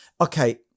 Okay